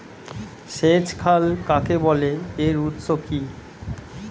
সেচ খাল কাকে বলে এর উৎস কি?